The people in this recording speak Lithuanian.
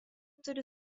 turi